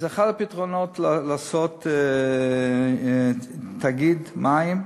אחד הפתרונות הוא לעשות תאגיד מים,